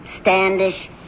Standish